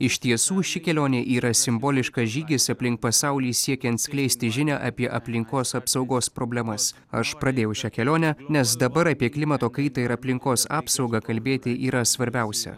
iš tiesų ši kelionė yra simboliškas žygis aplink pasaulį siekiant skleisti žinią apie aplinkos apsaugos problemas aš pradėjau šią kelionę nes dabar apie klimato kaitą ir aplinkos apsaugą kalbėti yra svarbiausia